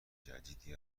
جدیدی